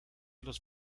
los